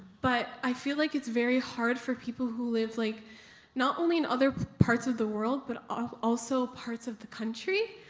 but i feel like it's very hard for people who live, like not only in other parts of the world, but also parts of the country.